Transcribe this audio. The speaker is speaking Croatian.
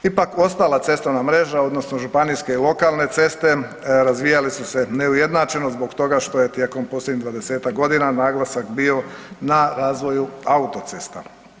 Ipak, ostala cestovna mreža odnosno županijske i lokalne ceste, razvijale su se neujednačeno zbog toga što je tijekom posljednjih 20-tak godina naglasak bio na razvoju autocesta.